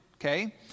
okay